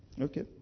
Okay